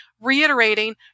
reiterating